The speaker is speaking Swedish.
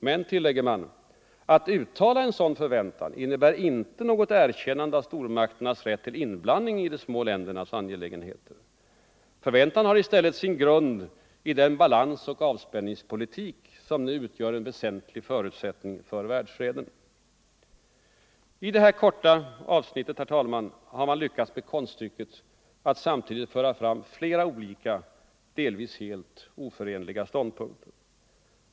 Men, tillägges det, Fredagen den att uttala en sådan förväntan innebär inte något erkännande av stormak 22 november 1974 ternas rätt till inblandning i små länders angelägenheter. Förväntan har I i stället sin grund i den balansoch avspänningspolitik som nu utgör Ang. säkerhetsoch en väsentlig förutsättning för världsfreden. nedrustningsfrågor I detta korta avsnitt har man, herr talman, lyckats med konststycket = na att samtidigt föra fram flera olika, delvis helt oförenliga ståndpunkter.